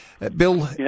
Bill